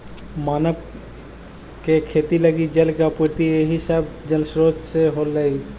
मानव के खेती लगी जल के आपूर्ति इहे सब जलस्रोत से होलइ